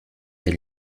elle